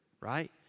Right